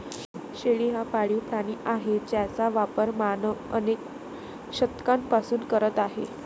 शेळी हा पाळीव प्राणी आहे ज्याचा वापर मानव अनेक शतकांपासून करत आहे